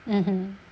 mmhmm